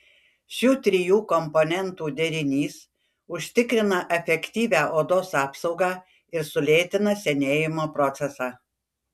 šių trijų komponentų derinys užtikrina efektyvią odos apsaugą ir sulėtina senėjimo procesą